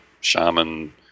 shaman